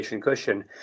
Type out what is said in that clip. cushion